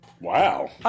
Wow